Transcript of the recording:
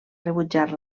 rebutjar